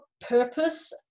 purpose